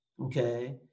okay